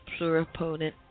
pluripotent